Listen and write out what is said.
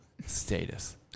status